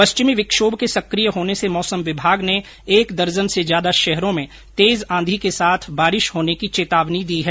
पश्चिमी विक्षोभ के सक्रिय होने से मौसम विभाग ने एक दर्जन से ज्यादा शहरों में तेज आधी के साथ बारिश होने की चेतावनी दी है